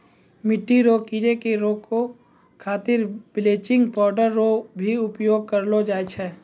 मिट्टी रो कीड़े के रोकै खातीर बिलेचिंग पाउडर रो भी उपयोग करलो जाय छै